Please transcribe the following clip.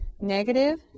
Negative